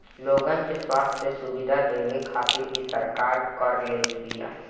लोगन के स्वस्थ्य सुविधा देवे खातिर भी सरकार कर लेत बिया